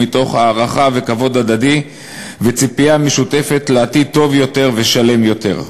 מתוך הערכה וכבוד הדדי וציפייה משותפת לעתיד טוב יותר ושלם יותר".